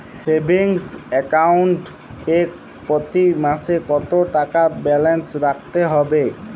Savings account এ প্রতি মাসে কতো টাকা ব্যালান্স রাখতে হবে?